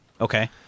Okay